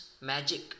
magic